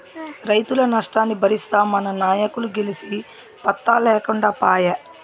రైతుల నష్టాన్ని బరిస్తామన్న నాయకులు గెలిసి పత్తా లేకుండా పాయే